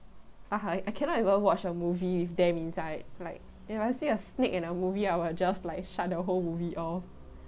(uh huh) I cannot even watch a movie with them inside like if I see a snake in the movie I'll just like shut the whole movie off